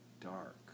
dark